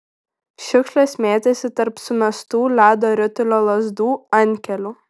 šiukšlės mėtėsi tarp sumestų ledo ritulio lazdų antkelių